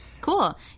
cool